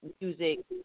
music